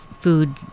food